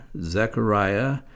Zechariah